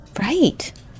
Right